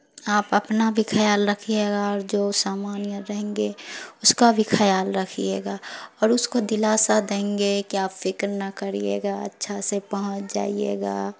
آپ اپنا بھی خیال رکھیے گا اور جو سامان یا رہیں گے اس کا بھی خیال رکھیے گا اور اس کو دلاسہ دیں گے کہ آپ فکر نہ کریے گا اچھا سے پہنچ جائیے گا